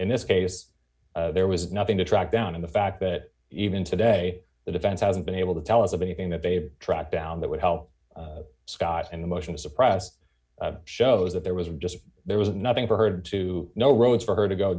in this case there was nothing to track down in the fact that even today the defense hasn't been able to tell us of anything that they tracked down that would help scott and the motion to suppress shows that there was just there was nothing for her to know roads for her to go